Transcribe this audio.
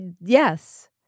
Yes